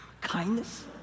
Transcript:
Kindness